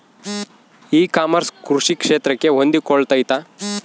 E commerce ಕೃಷಿ ಕ್ಷೇತ್ರಕ್ಕೆ ಹೊಂದಿಕೊಳ್ತೈತಾ?